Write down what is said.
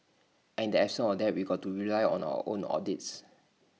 and in the absence of that we've got to rely on our own audits